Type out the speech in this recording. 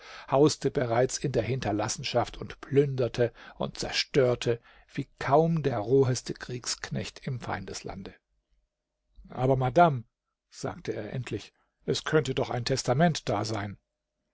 hauste bereit in der hinterlassenschaft und plünderte und zerstörte wie kaum der roheste kriegsknecht in feindesland aber madame sagte er endlich es könnte doch ein testament da sein